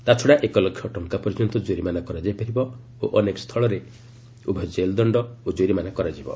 ତାଛଡ଼ା ଏକ ଲକ୍ଷ ଟଙ୍କା ପର୍ଯ୍ୟନ୍ତ କୋରିମାନା କରାଯାଇପାରିବ ଓ ଅନେକ ସ୍ଥଳରେ ଉଭୟ କେଲ୍ଦଣ୍ଡ ଓ କୋରିମାନା କରାଯିବ